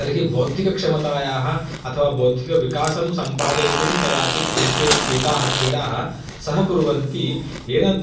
तर्हि बौद्धिकक्षमतायाः अथवा बौद्धकविकासं सम्पादयितुं कदाचित् एते एताः क्रीडाः सहकुर्वन्ति येन